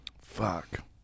Fuck